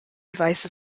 advice